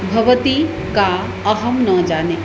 भवती का अहं न जाने